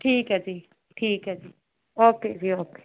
ਠੀਕ ਹੈ ਜੀ ਠੀਕ ਹੈ ਜੀ ਓਕੇ ਜੀ ਓਕੇ